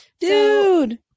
Dude